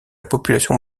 population